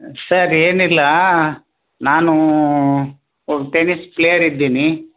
sir ಏನಿಲ್ಲ ನಾನು ಒಬ್ಬ ಟೆನ್ನಿಸ್ ಪ್ಲೇಯರ್ ಇದ್ದೀನಿ